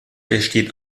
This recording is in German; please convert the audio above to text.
besteht